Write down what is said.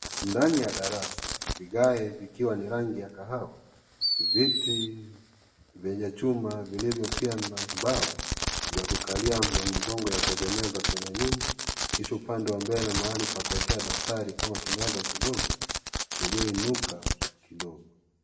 Ndani ya daras vigae vikiwa ni rangi ya kahawa, viti vyenye chuma vilivyo pia na mbao vya kukalia na mgongo ya kuegemeza kwenye nyuma kisha upande wa mbele mahali pa kuekea daftari kama kimeza kidogo ulioinuka kidogo.